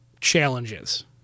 challenges